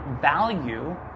value